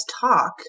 talk